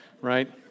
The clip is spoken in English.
right